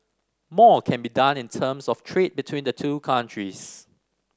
more can be done in terms of trade between the two countries